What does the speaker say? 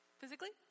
physically